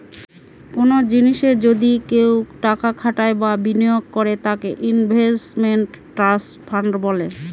কোনো জিনিসে যদি কেউ টাকা খাটায় বা বিনিয়োগ করে তাকে ইনভেস্টমেন্ট ট্রাস্ট ফান্ড বলে